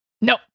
no